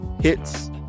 hits